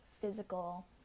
physical